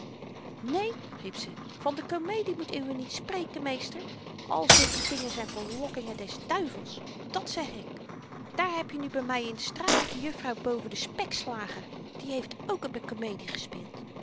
neen riep ze van de komedie moet uwe niet spreken meester al zulke dingen zyn verlokkingen des duivels dat zeg ik daar heb je nu by my in de straat de juffrouw boven den spekslager die heeft ook op n